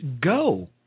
go